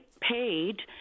paid